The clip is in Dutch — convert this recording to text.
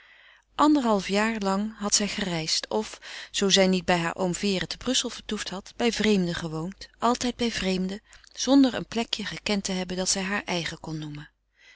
anderhalf jaar lang had zij gereisd of zoo zij niet bij heur oom vere te brussel vertoefd had bij vreemden gewoond altijd bij vreemden zonder een plekje gekend te hebben dat zij haar eigen kon noemen